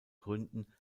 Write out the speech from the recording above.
gründen